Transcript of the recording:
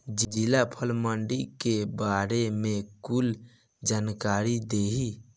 जिला फल मंडी के बारे में कुछ जानकारी देहीं?